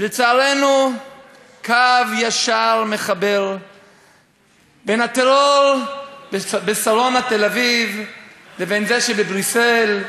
ולצערנו קו ישר מחבר בין הטרור בשרונה בתל-אביב לבין זה שבבריסל,